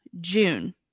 June